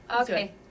Okay